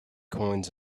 coins